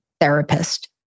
therapist